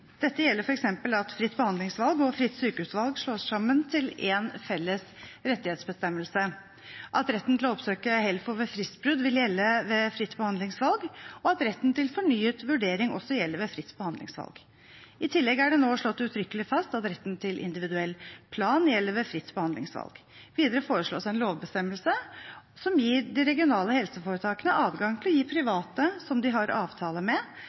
Dette gjelder f.eks. at fritt behandlingsvalg og fritt sykehusvalg slås sammen til én felles rettighetsbestemmelse – at retten til å oppsøke HELFO ved fristbrudd vil gjelde ved fritt behandlingsvalg, og at retten til fornyet vurdering også gjelder ved fritt behandlingsvalg. I tillegg er det nå slått uttrykkelig fast at retten til individuell plan gjelder ved fritt behandlingsvalg. Videre foreslås en lovbestemmelse som gir de regionale helseforetakene adgang til å gi private som de har avtale med,